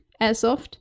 Airsoft